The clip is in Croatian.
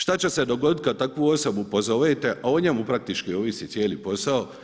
Šta će se dogoditi kad takvu osobu pozovete, a o njemu praktički ovisi cijeli posao.